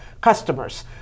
customers